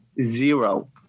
Zero